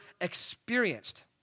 experienced